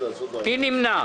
מי נמנע?